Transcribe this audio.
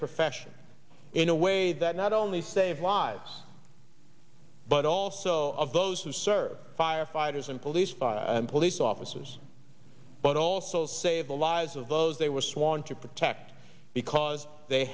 profession in a way that not only save lives but also of those who serve firefighters and police fire and police officers but also save the lives of those they were sworn to protect because they